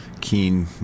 keen